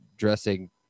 dressing